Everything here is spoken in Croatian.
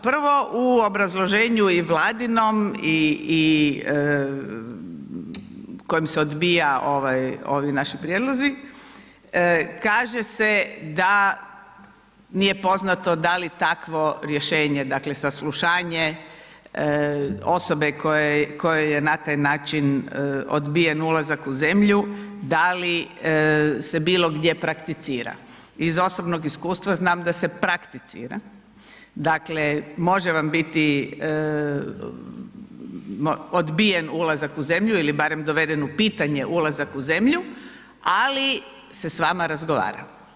Prvo u obrazloženju i Vladinom, i kojim se odbija ovi naši prijedlozi, kaže se da nije poznato da li takvo Rješenje, dakle saslušanje osobe kojoj je na taj način odbijen ulazak u zemlju da li se bilo gdje prakticira, iz osobnog iskustva znam da se prakticira, dakle može vam biti odbijen ulazak u zemlju ili barem doveden u pitanje ulazak u zemlju, ali se s vama razgovara.